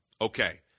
okay